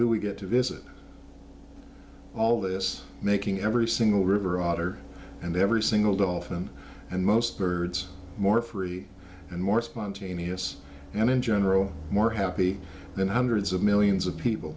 who we get to visit all this making every single river otter and every single dolphin and most birds more free and more spontaneous and in general more happy than hundreds of millions of people